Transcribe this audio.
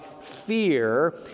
fear